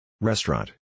Restaurant